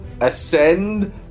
ascend